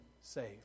saved